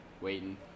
waiting